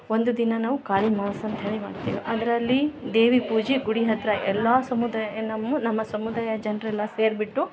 ಒಂದು ದಿನ ನಾವು ಕಾಳಿ ಮಾಸ ಅಂತೇಳಿ ಮಾಡ್ತೇವೆ ಅದರಲ್ಲಿ ದೇವಿ ಪೂಜೆ ಗುಡಿ ಹತ್ರ ಎಲ್ಲಾ ಸಮುದಾಯ ನಮ್ಮ ನಮ್ಮ ಸುಮುದಾಯ ಜನರೆಲ್ಲ ಸೇರ್ಬಿಟ್ಟು